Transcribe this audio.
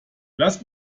lass